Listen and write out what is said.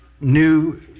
new